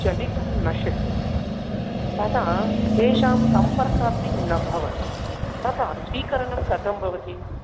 चलितुं न शक्यते तथा तेषां सम्पर्कोपि न भवति ततः स्वीकरणं कथं भवति